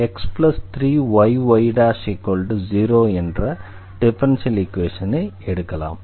x3yy0 என்ற differential ஈக்வேஷனை எடுக்கலாம்